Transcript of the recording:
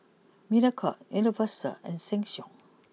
Mediacorp Universal and Sheng Siong